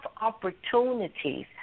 opportunities